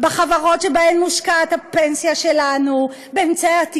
בחברות שבהן מושקעת הפנסיה שלנו ובאמצעי התקשורת.